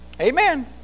Amen